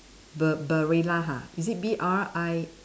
Ba~ Barilla ha is it B R I